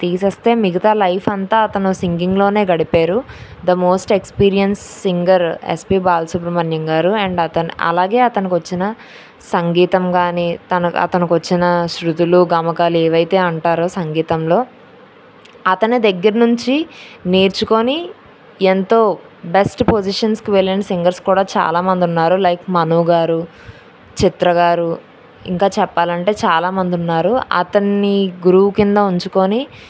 తీసేస్తే మిగతా లైఫ్ అంతా అతను సింగింగ్లోనే గడిపారు the most experience singer SP Balasubrahmanyam garu and అతను అలాగే అతనికి వచ్చిన సంగీతం కానీ తన అతనికి వచ్చిన శృతులు గమకాలు ఏవైతే అంటారో సంగీతంలో అతని దగ్గర నుంచి నేర్చుకొని ఎంతో బెస్ట్ పొజిషన్స్కి వెళ్ళిన సింగర్స్ కూడా చాలామంది ఉన్నారు లైక్ మనో గారు చిత్ర గారు ఇంకా చెప్పాలంటే చాలామంది ఉన్నారు అతన్ని గురువు క్రింద ఉంచుకొని